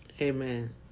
amen